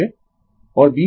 यह कॉइल की लंबाई है ठीक है